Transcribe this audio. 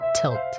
tilt